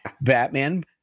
Batman